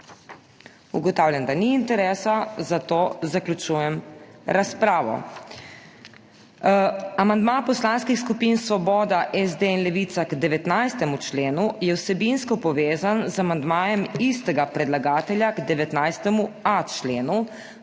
Ugotavljam, da ni interesa, zato zaključujem razpravo. Amandma poslanskih skupin Svoboda, SD in Levica k 19. členu je vsebinsko povezan z amandmajem istega predlagatelja k 19.a členu,